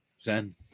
Zen